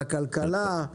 והכלכלה,